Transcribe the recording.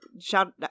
shout